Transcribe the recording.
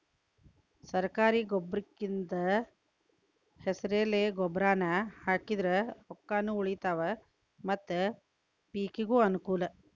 ಸರ್ಕಾರಿ ಗೊಬ್ರಕಿಂದ ಹೆಸರೆಲೆ ಗೊಬ್ರಾನಾ ಹಾಕಿದ್ರ ರೊಕ್ಕಾನು ಉಳಿತಾವ ಮತ್ತ ಪಿಕಿಗೂ ಅನ್ನಕೂಲ